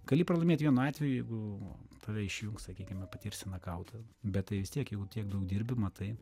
gali pralaimėt vienu atveju jeigu tave išjungs sakykime patirsi nakautą bet tai vis tiek jau tiek daug dirbi matai